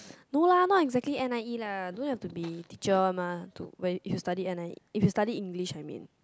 no lah not exactly N_I_E lah don't have to be teacher one mah to when you study N_I if you study English I mean